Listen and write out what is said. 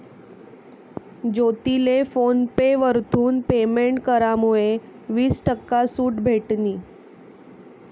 ज्योतीले PhonePe वरथून payment करामुये वीस टक्का सूट भेटनी